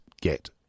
get